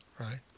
right